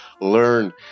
learn